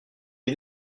est